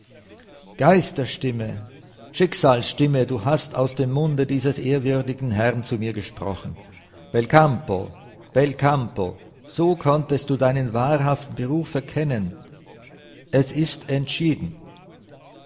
geisterstimme schicksalsstimme du hast aus dem munde dieses ehrwürdigen herrn zu mir gesprochen belcampo belcampo so konntest du deinen wahrhaften beruf verkennen es ist entschieden